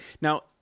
Now